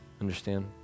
Understand